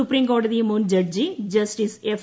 സുപ്രീംകോടതി മുൻ ജഡ്ജി ജസ്റ്റിസ് എഫ്